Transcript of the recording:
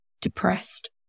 depressed